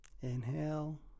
Inhale